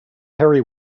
harry